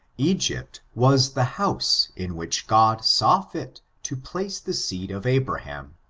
egypt was the house in which god saw fit to place the seed of abraham,